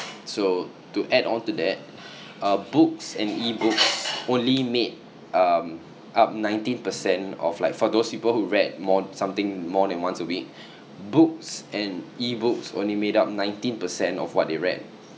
so to add on to that uh books and ebooks only made um up nineteen percent of like for those people who read more something more than once a week books and ebooks only made up nineteen percent of what they read